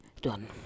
done